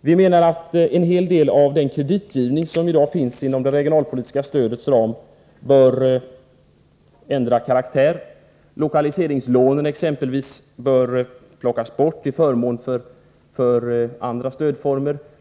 Vi menar att en hel del av den kreditgivning som i dag finns inom det regionalpolitiska stödets ram bör ändra karaktär. Exempelvis lokaliseringslånen bör plockas bort till förmån för andra stödformer.